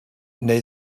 neu